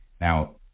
Now